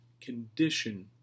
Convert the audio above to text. condition